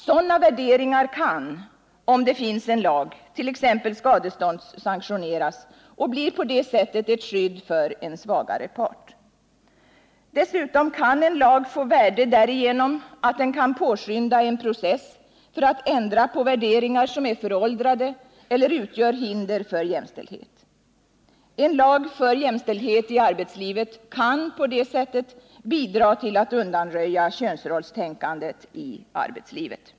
Sådana värderingar kan, om det finns en lag, t.ex. skadeståndssanktioneras och blir på det sättet ett skydd för en svagare part. Dessutom kan en lag få värde därigenom att den kan påskynda en process för att ändra på värderingar som är föråldrade eller utgör hinder för jämställdhet. En lag för jämställdhet i arbetslivet kan på det sättet bidra till att undanröja könsrollstänkandet i arbetslivet.